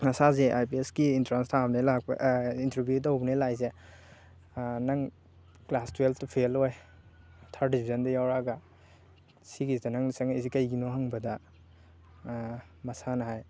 ꯃꯁꯥꯁꯦ I P ꯑꯦꯁꯀꯤ entrance ꯊꯥꯕꯅꯦꯅ ꯂꯥꯛꯄ ꯏꯟꯇꯔꯚꯤꯌꯨ ꯇꯧꯕꯅꯦꯅ ꯂꯥꯛꯏꯁꯦ ꯅꯪ ꯀ꯭ꯂꯥꯁ ꯇꯨꯋꯦꯜꯞꯇꯨ ꯐꯦꯜ ꯑꯣꯏ ꯊꯥꯔ ꯗꯤꯕꯤꯖꯟꯗ ꯌꯥꯎꯔꯛꯑꯒ ꯁꯤꯒꯤꯁꯤꯗ ꯅꯪ ꯆꯪꯉꯛꯏꯁꯦ ꯀꯔꯤꯒꯤꯅꯣ ꯍꯪꯕꯗ ꯃꯁꯥꯅ ꯍꯥꯏ